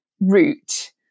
route